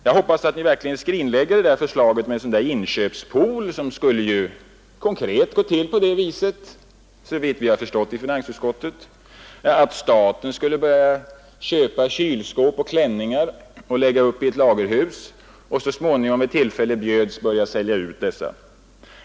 Jag hoppas verkligen att ni skrinlägger förslaget om en inköpspool som, såvitt vi i finansutskottet kunnat förstå, skulle innebära att staten började köpa kylskåp och klänningar och lade upp dem i ett lagerhus för att, när tillfälle bjöds, sälja ut dessa varor.